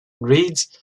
reads